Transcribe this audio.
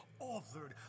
authored